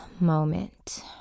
moment